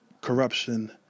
corruption